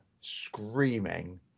screaming